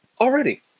Already